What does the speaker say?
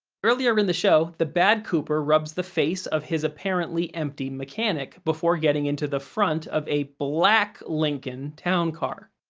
earlier in the show, the bad cooper rubs the face of his apparently empty mechanic before getting into the front of a black lincoln town car.